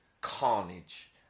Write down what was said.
carnage